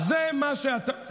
לך.